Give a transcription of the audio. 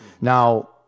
Now